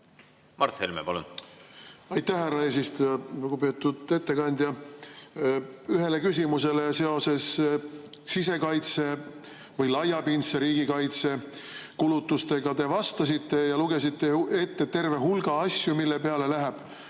Mart Helme, palun! Aitäh, härra eesistuja! Lugupeetud ettekandja! Ühele küsimusele sisekaitse või laiapindse riigikaitse kulutuste kohta te vastasite ja lugesite ette terve hulga asju, mille peale läheb,